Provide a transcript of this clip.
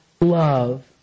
love